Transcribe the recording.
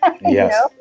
Yes